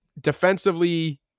defensively